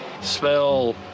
Spell